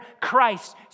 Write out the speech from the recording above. Christ